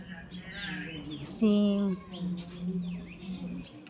सीम